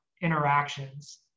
interactions